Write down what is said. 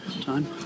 time